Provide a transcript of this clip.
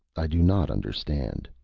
i do not understand.